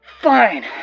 Fine